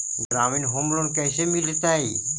ग्रामीण home loan कैसे मिलतै?